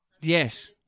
yes